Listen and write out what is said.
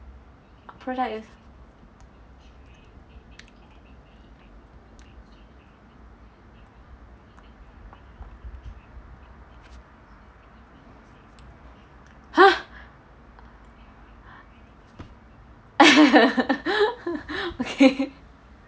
product is !huh! okay